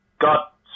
got